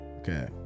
Okay